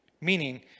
Meaning